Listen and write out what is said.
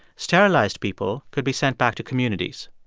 sterilized people could be sent back to communities